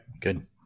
good